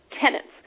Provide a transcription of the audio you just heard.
tenants